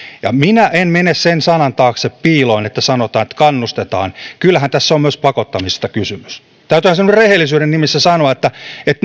ja minä en mene sen sanan taakse piiloon että sanotaan että kannustetaan kyllähän tässä on myös pakottamisesta kysymys täytyyhän se nyt rehellisyyden nimissä sanoa että